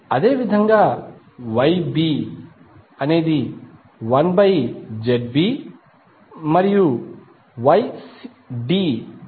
అదేవిధంగా YB 1 by ZB మరియు YDవిలువ 1 బై ZD